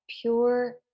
pure